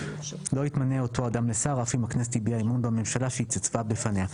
לא יתמנה אותו אדם לשר אף אם הכנסת הביעה אמון בממשלה שהתייצבה בפניה."